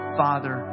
father